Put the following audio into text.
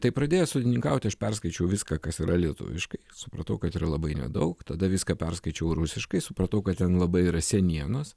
tai pradėjęs sodininkauti aš perskaičiau viską kas yra lietuviškai supratau kad yra labai nedaug tada viską perskaičiau rusiškai supratau kad ten labai yra senienos